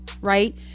right